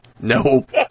Nope